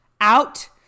out